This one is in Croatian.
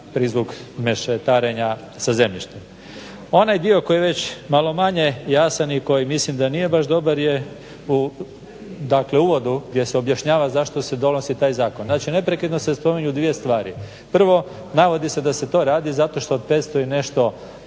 prizvuk mešetarenja sa zemljištem. Onaj dio koji je već malo manje jasan i koji mislim da nije baš dobar je u uvodu gdje se objašnjava zašto se donosi taj zakon. Znači neprekidno se spominju dvije stvari, prvo navodi se da se to radi zato što 500 i nešto